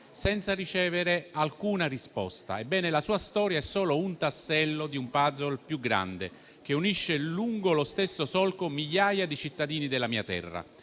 senza ricevere alcuna risposta. Ebbene, la sua storia è solo un tassello di un *puzzle* più grande, che unisce lungo lo stesso solco migliaia di cittadini della mia terra.